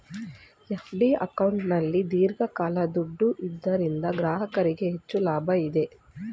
FD ಅಕೌಂಟಲ್ಲಿ ದೀರ್ಘಕಾಲ ದುಡ್ಡು ಇದರಿಂದ ಗ್ರಾಹಕರಿಗೆ ಹೆಚ್ಚು ಲಾಭ ಇದೆ